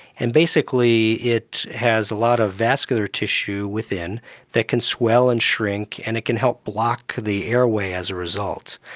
and basically it has a lot of vascular tissue within that can swell and shrink and it can help block the airway as a result.